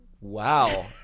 Wow